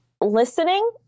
listening